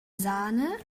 sahne